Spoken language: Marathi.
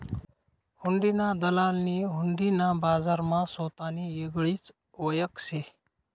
हुंडीना दलालनी हुंडी ना बजारमा सोतानी येगळीच वयख शे